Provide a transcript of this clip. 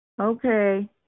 Okay